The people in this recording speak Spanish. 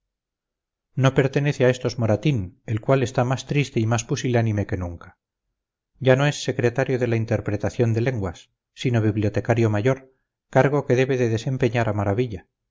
no pertenece a estos moratín el cual está más triste y más pusilánime que nunca ya no es secretario de la interpretación de lenguas sino bibliotecario mayor cargo que debe de desempeñar a maravilla